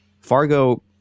Fargo